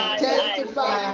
testify